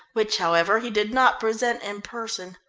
which, however, he did not present in person.